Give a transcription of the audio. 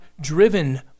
driven